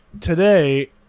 today